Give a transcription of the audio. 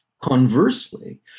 Conversely